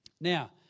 Now